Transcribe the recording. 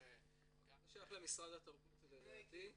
זה שייך למשרד התרבות לדעתי,